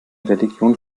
religion